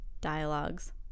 dialogues